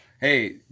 Hey